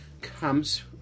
comes